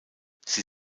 sie